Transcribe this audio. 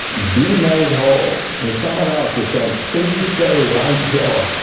be made whole. there is someone else who saying please say right job.